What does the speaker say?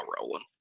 rolling